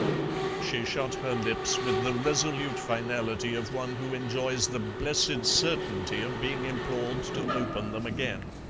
she shut her lips with the resolute finality of one who enjoys the blessed certainty of being implored to open them again.